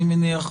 אני מניח,